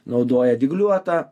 naudoja dygliuotą